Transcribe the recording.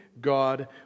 God